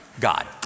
God